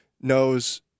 knows